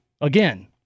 again